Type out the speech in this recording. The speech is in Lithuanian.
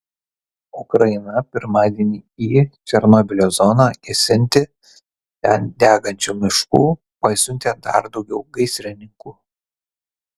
ukraina pirmadienį į černobylio zoną gesinti ten degančių miškų pasiuntė dar daugiau gaisrininkų